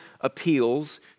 appeals